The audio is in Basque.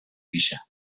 gisa